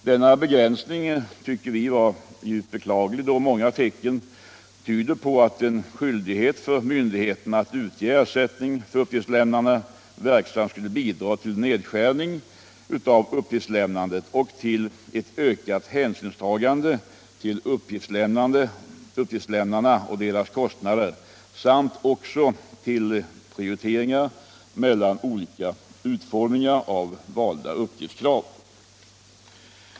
Denna begränsning finner vi djupt beklaglig, då många tecken tyder på att en skyldighet för myndigheterna att utge ersättning till uppgiftslämnarna verksamt skulle bidra till en nedskärning av uppgiftslämnandet och till ett ökat hänsynstagande till uppgiftslämnarna och deras kostnader samt också till prioriteringar mellan olika utformningar av valda uppgiftskrav.